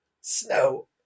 Snow